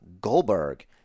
Goldberg